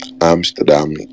Amsterdam